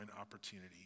opportunity